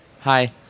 Hi